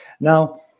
Now